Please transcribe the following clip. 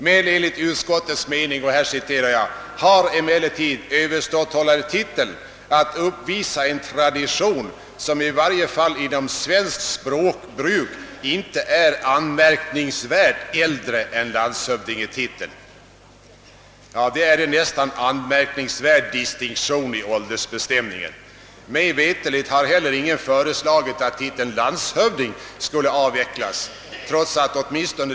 Men enligt utskottets mening »har emellertid överståthållartiteln att uppvisa en tradition som i varje fall inom svenskt språkbruk inte är anmärkningsvärt äldre än landshövdingetiteln». Det är en nästan anmärkningsvärd distinktion i åldersbestämningen. Mig veterligt har ingen föreslagit att titeln landshövding skulle avvecklas.